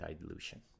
dilution